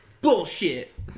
Bullshit